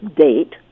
date